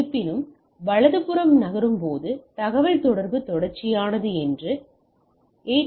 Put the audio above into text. இருப்பினும் வலதுபுறம் நகரும் போது தகவல் தொடர்பு தொடர்ச்சியானது என்று 802